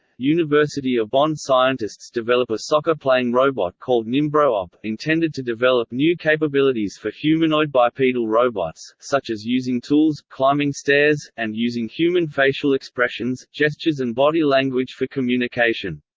university of bonn scientists develop a soccer-playing robot called nimbro-op, intended to develop new capabilities for humanoid bipedal robots, such as using tools, climbing stairs, and using human facial expressions, gestures and body language for communication.